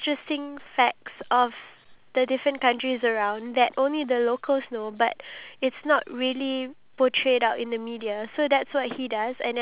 like a ton of information that we haven't even got to know about because one of his videos also he mentioned that like